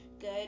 good